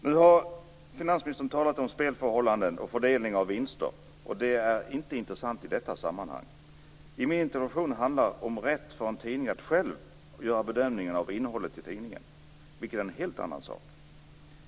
Nu har finansministern talat om spelförhållanden och fördelning av vinster. Det är inte intressant i detta sammanhang. Min interpellation handlar om rätten för en tidning att själv göra en bedömning av innehållet i tidningen, vilket är en helt annan sak.